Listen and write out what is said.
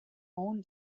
own